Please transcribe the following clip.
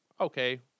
okay